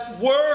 work